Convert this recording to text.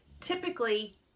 typically